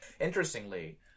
interestingly